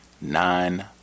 nine